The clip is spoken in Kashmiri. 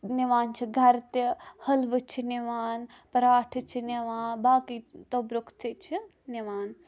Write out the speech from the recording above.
نِوان چھِ گَرٕ تہِ حلوٕ چھِ نِوان پراٹھہٕ چھِ نوان باقٕے توٚبرُک تہِ چھِ نوان